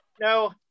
no